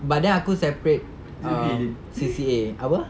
but then aku separate um C_C_A apa